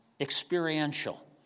experiential